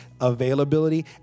availability